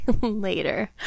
later